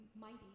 mighty